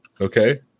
Okay